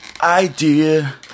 idea